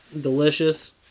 Delicious